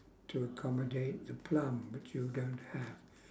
to accommodate the plum but you don't have